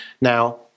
Now